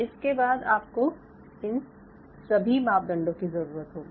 इसके बाद आपको इन सभी मापदंडों की जरूरत होगी